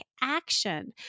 action